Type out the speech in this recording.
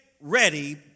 ready